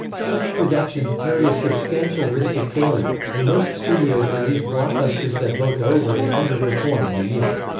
such productions carry a substantial risk of failure, and most studios release blockbusters that both over and underperform in a year.